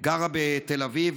היא גרה בתל אביב.